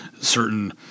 certain